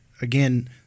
again